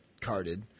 carded